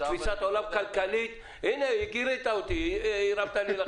הנה, גירית אותי, הרמת לי.